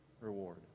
reward